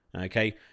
Okay